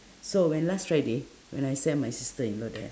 so when last friday when I sent my sister-in-law there